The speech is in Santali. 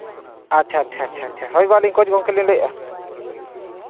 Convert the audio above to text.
ᱟᱪᱪᱷᱟ ᱟᱪᱪᱷᱟ ᱦᱳᱭ ᱜᱳ ᱟᱹᱞᱤᱧ ᱠᱳᱪ ᱜᱚᱢᱠᱮ ᱞᱤᱧ ᱞᱟᱹᱭᱮᱫᱼᱟ